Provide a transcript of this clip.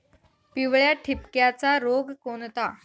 पिवळ्या ठिपक्याचा रोग कोणता?